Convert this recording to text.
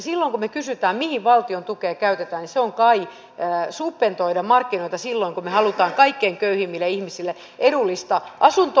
silloin kun me kysymme mihin valtion tukea käytetään niin se on kai subventoida markkinoita silloin kun me haluamme kaikkein köyhimmille ihmisille edullista asuntoa